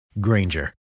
Granger